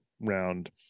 round